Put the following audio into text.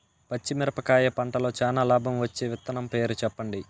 పచ్చిమిరపకాయ పంటలో చానా లాభం వచ్చే విత్తనం పేరు చెప్పండి?